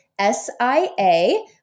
S-I-A